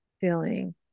feeling